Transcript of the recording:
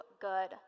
good